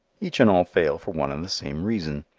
each and all fail for one and the same reason.